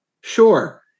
sure